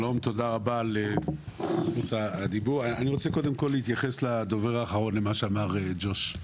אני רוצה להתייחס לדובר האחרון, למה שאמר ג'וש.